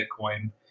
Bitcoin